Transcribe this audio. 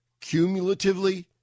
cumulatively